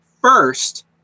first